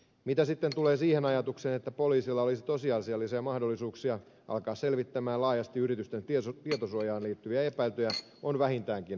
mitä tulee siihen ajatukseen että poliisilla olisi tosiasiallisia mahdollisuuksia alkaa selvittää laajasti yritysten tietosuojaan liittyviä epäilyjä se on vähintäänkin epärealistinen